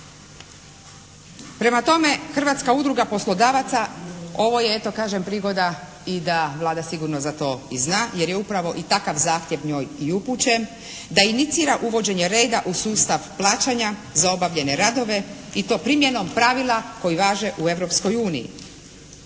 Prema tome Hrvatska udruga poslodavaca, ovo je eto kažem prigoda i da Vlada sigurno za to i zna jer je upravo i takav zahtjev njoj i upućen da inicira uvođenje reda u sustav plaćanja za obavljene radove i to primjenom pravila koja važe u